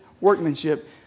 workmanship